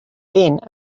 then